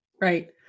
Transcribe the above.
right